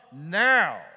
now